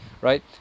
right